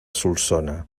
solsona